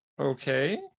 Okay